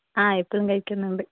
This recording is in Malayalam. ആ ഇപ്പോളും കഴിക്കുന്നുണ്ട്